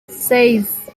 seis